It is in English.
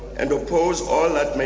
and oppose all that may